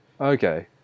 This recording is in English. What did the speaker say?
okay